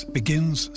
begins